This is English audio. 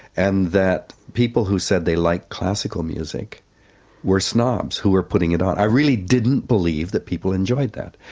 and that people who said they liked classical music were snobs who were putting it on. i really didn't believe that people enjoyed that.